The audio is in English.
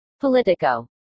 Politico